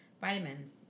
vitamins